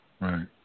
right